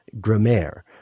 grammaire